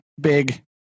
big